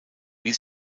wie